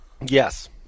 Yes